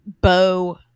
bow